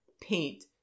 paint